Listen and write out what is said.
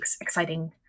exciting